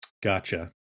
Gotcha